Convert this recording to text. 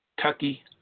Tucky